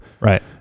right